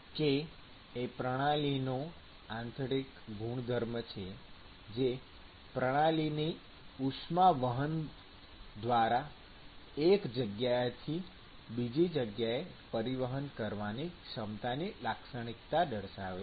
k એ પ્રણાલીનો આંતરિક ગુણધર્મ છે જે પ્રણાલીની ઉષ્માવહન દ્વારા એક જગ્યાએથી બીજા જગ્યાએ પરિવહન કરવાની ક્ષમતાની લાક્ષણિકતા દર્શાવે છે